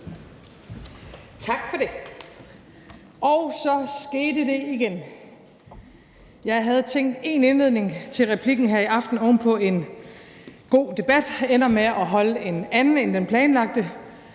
Tak for det. Så skete det igen: Jeg havde tænkt én indledning til replikken her i aften oven på en god debat og ender med at holde en anden end den planlagte,